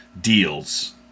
deals